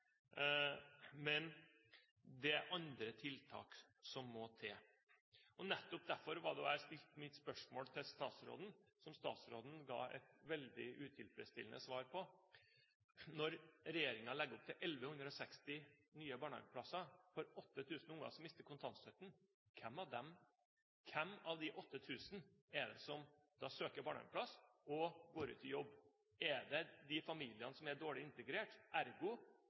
men det er andre tiltak som må til. Nettopp derfor stilte jeg mitt spørsmål til statsråden, som statsråden ga et veldig utilfredsstillende svar på. Når regjeringen legger opp til 1 160 nye barnehageplasser for 8 000 unger som mister kontantstøtten, hvem av de 8 000 familiene er det som da søker barnehageplass, og der man går ut i jobb? Er det de familiene som er dårlig integrert, som ergo